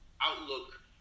outlook